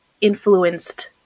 influenced